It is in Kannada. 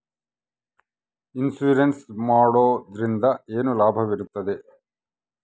ಇನ್ಸೂರೆನ್ಸ್ ಮಾಡೋದ್ರಿಂದ ಏನು ಲಾಭವಿರುತ್ತದೆ?